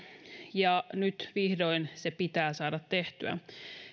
ja nyt vihdoin se pitää saada tehtyä